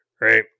Right